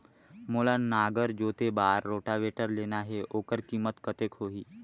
मोला नागर जोते बार रोटावेटर लेना हे ओकर कीमत कतेक होही?